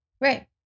Right